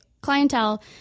clientele